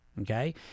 Okay